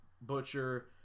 Butcher